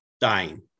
dying